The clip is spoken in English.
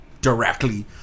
directly